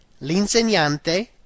L'insegnante